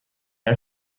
air